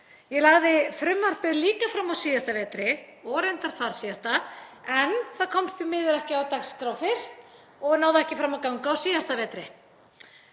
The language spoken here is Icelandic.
Ég lagði frumvarpið líka fram á síðasta vetri og reyndar þarsíðasta en það komst því miður ekki á dagskrá fyrst og náði ekki fram að ganga á síðasta vetri.